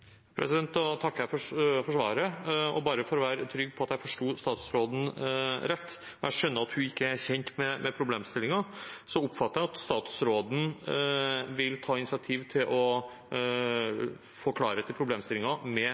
Jeg takker for svaret. Bare for å være trygg på at jeg forsto statsråden rett: Jeg skjønner at hun ikke er kjent med problemstillingen, men jeg oppfattet at statsråden vil ta initiativ til å få klarhet i problemstillingen med